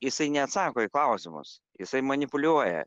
jisai neatsako į klausimus jisai manipuliuoja